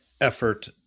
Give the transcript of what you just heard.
effort